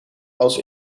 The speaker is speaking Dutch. als